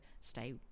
stay